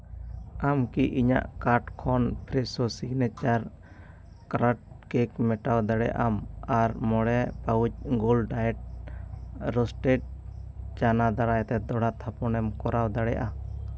ᱟᱢ ᱠᱤ ᱤᱧᱟᱹᱜ ᱠᱟᱨᱰ ᱠᱷᱚᱱ ᱯᱷᱮᱨᱮᱥᱳ ᱥᱤᱜᱽᱱᱮᱪᱟᱨ ᱠᱨᱟᱴ ᱠᱮᱴ ᱢᱮᱴᱟᱣ ᱫᱟᱲᱮᱭᱟᱜ ᱟᱢ ᱟᱨ ᱢᱚᱬᱮ pouch gold diet roasted chana ᱫᱟᱨᱟᱭ ᱛᱮ ᱫᱚᱦᱲᱟ ᱛᱷᱟᱯᱚᱱ ᱮᱢ ᱠᱚᱨᱟᱣ ᱫᱟᱲᱮᱭᱟᱜᱼᱟ